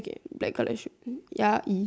k black colour shoe ya